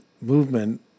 movement